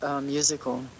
musical